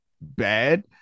bad